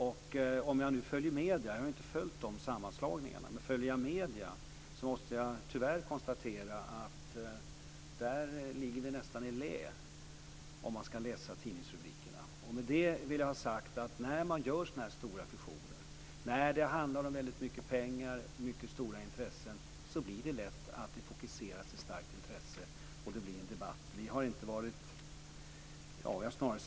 Jag har inte följt de sammanslagningarna, men när jag följer med i medierna och läser tidningsrubrikerna måste jag tyvärr konstatera att vi nästan ligger i lä i det här avseendet. Med det här vill jag ha sagt att det lätt fokuseras och blir en debatt när man gör sådana här stora fusioner där det handlar om mycket pengar och stora intressen.